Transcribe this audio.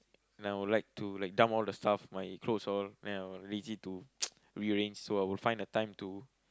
like I would like to like dump all the stuff my clothes all and I will lazy to rearrange so I would find the time to